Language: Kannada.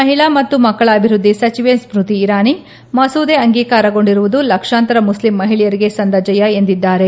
ಮಹಿಳಾ ಮತ್ತು ಮಕ್ಕಳ ಅಭಿವೃದ್ದಿ ಸಚಿವೆ ಸ್ಮತಿ ಇರಾನಿ ಮಸೂದೆ ಅಂಗೀಕಾರಗೊಂಡಿರುವುದು ಲಕ್ಷಾಂತರ ಮುಸ್ಲಿಂ ಮಹಿಳೆಯರಿಗೆ ಸಂದ ಜಯ ಎಂದಿದ್ದಾರೆ